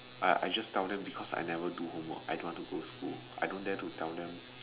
I I just tell them because I never do homework I don't want to go school I don't dare to tell them